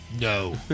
No